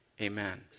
amen